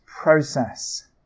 process